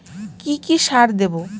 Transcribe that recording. কি কি সার দেবো?